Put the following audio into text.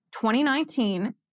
2019